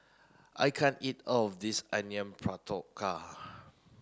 I can't eat all of this Onion Pakora